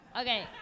Okay